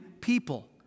people